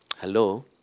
Hello